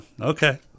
Okay